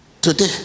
Today